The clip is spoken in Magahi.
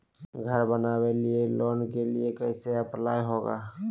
घर बनावे लिय लोन के लिए कैसे अप्लाई होगा?